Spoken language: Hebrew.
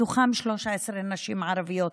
מתוכן 13 נשים ערביות.